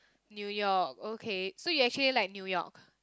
New-York okay so you actually like New-York